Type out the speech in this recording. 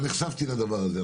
אבל נחשפתי לדבר הזה.